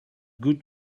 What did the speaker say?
good